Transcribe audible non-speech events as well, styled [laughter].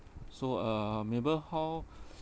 so uh mabel how [breath]